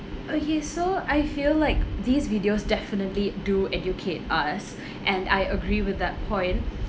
okay so I feel like these videos definitely do educate us and I agree with that point